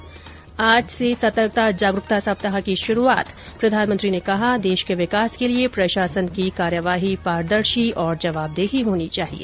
् आज से सतर्कता जागरुकता सप्ताह की शुरूआत प्रधानमंत्री ने कहा देश के विकास के लिए प्रशासन की कार्यवाही पारदर्शी और जवाबदेही होनी चाहिए